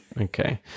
Okay